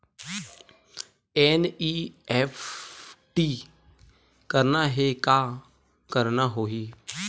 NEFT करना हे का करना होही?